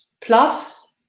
Plus